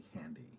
handy